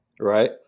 right